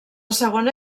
segona